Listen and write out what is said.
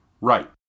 right